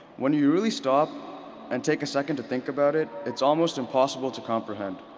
when you you really stop and take a second to think about it, it's almost impossible to comprehend.